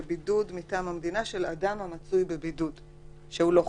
לבידוד מטעם המדינה של אדם שהוא לא חוזר,